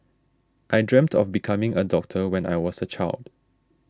I dreamt of becoming a doctor when I was a child